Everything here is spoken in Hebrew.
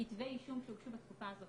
כתבי אישום שהוגשו בתקופה הזאת,